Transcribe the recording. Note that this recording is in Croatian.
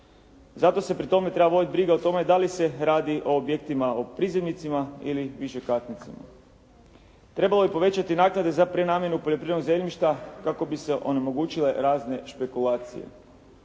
Zato se pri tome treba voditi briga o tome da li se radi o objektima o prizemnicama ili višekatnicama. Trebalo bi povećati naknade za prenamjenu poljoprivrednog zemljišta kako bi se onemogućile razne špekulacije.